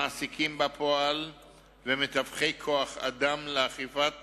מעסיקים בפועל ומתווכי כוח-אדם לאכיפת